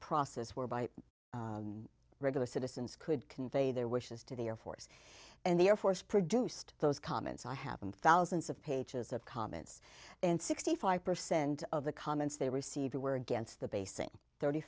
process whereby regular citizens could convey their wishes to the air force and the air force produced those comments i happened thousands of pages of comments and sixty five percent of the comments they received or were against the basing thirty